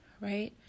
right